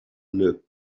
looked